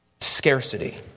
Scarcity